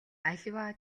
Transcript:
аливаа